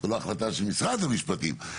זו לא החלטה של משרד המשפטים,